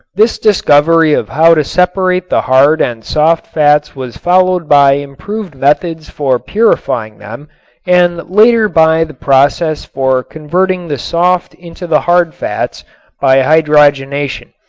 this discovery of how to separate the hard and soft fats was followed by improved methods for purifying them and later by the process for converting the soft into the hard fats by hydrogenation.